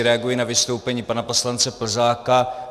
Reaguji na vystoupení pana poslance Plzáka.